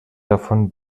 davon